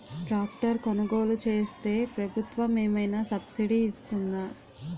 Tractor కొనుగోలు చేస్తే ప్రభుత్వం ఏమైనా సబ్సిడీ ఇస్తుందా?